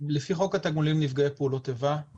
לפי חוק התגמולים נפגעי פעולות איבה,